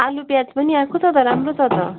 आलुप्याज पनि आएको छ त राम्रो छ त